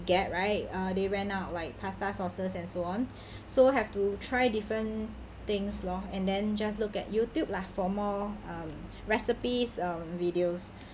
get right uh they ran out like pasta sauces and so on so have to try different things lor and then just look at youtube lah for more um recipes or videos